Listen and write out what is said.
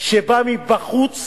שבא מבחוץ,